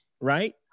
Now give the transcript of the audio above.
Right